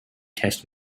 test